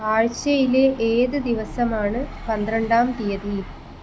ആഴ്ചയിലെ ഏത് ദിവസമാണ് പന്ത്രണ്ടാം തീയതി